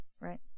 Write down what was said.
Right